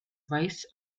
rice